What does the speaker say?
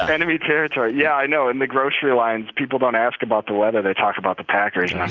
enemy territory, yeah. i know. in the grocery lines, people don't ask about the weather. they talk about the packers. and i'm